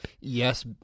Yes